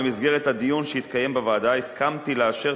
במסגרת הדיון שהתקיים בוועדה הסכמתי לאשר